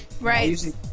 right